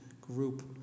group